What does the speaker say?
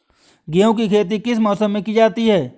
गेहूँ की खेती किस मौसम में की जाती है?